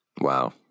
Wow